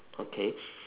okay